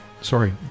Sorry